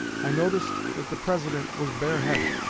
i noticed that the president was bareheaded.